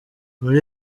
muri